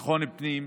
לביטחון הפנים,